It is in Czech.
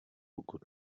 pokud